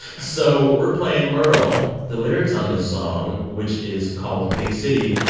so we're playing merle. the lyrics on this song, which is called big city,